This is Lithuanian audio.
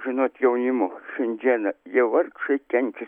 žinot jaunimo šiandieną jie vargšai kenčia